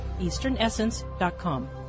easternessence.com